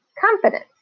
confidence